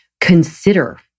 consider